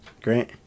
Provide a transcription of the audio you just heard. Great